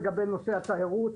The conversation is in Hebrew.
לגבי נושא התיירות,